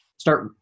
start